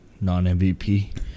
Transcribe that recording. non-MVP